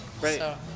Right